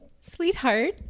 Sweetheart